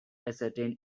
ascertain